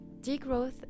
Degrowth